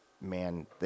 man